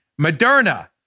Moderna